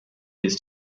his